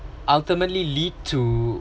ultimately lead to